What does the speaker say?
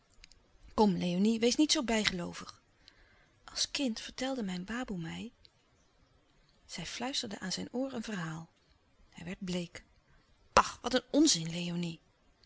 kom léonie wees niet zoo bijgeloovig als kind vertelde mijn baboe mij zij fluisterde aan zijn oor een verhaal hij werd bleek ach wat een onzin léonie